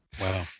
Wow